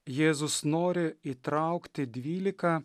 jėzus nori įtraukti dvylika